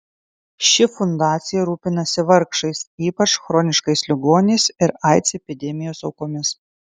ši fundacija rūpinasi vargšais ypač chroniškais ligoniais ir aids epidemijos aukomis